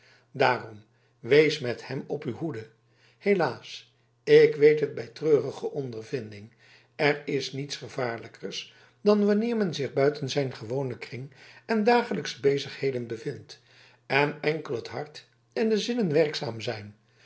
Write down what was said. daarom wees met hem op uw hoede helaas ik weet het bij treurige ondervinding er is niets gevaarlijkers dan wanneer men zich buiten zijn gewonen kring en dagelijksche bezigheden bevindt en enkel het hart en de zinnen werkzaam zijn